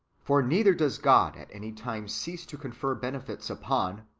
for neither does god at any time cease to confer benefits upon,